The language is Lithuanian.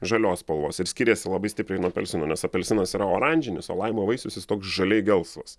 žalios spalvos ir skiriasi labai stipriai nuo apelsino nes apelsinas yra oranžinis o laimo vaisius jis toks žaliai gelsvas